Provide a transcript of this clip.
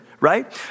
right